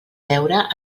veure